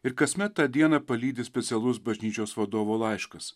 ir kasmet tą dieną palydi specialus bažnyčios vadovo laiškas